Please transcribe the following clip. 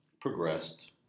progressed